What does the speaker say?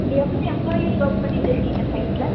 எவ்வளோ employees work பண்ணிட்டுருக்கீங்க சைட்டில்